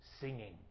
singing